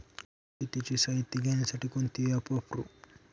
मी शेतीचे साहित्य घेण्यासाठी कोणते ॲप वापरु?